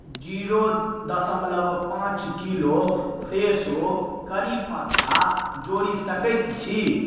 zero दशमलव पाॅंच kilo फ्रेशो करी पत्ता जोरि सकैत छी